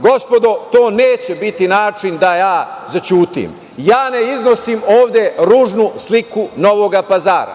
Gospodo, to neće biti način da zaćutim, ja ne iznosim ovde ružnu sliku Novog Pazara,